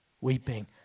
weeping